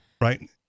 Right